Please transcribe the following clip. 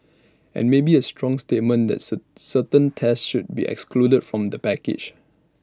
and maybe A strong statement that sir certain tests should be excluded from the package